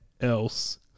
else